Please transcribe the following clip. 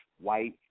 white